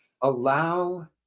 allow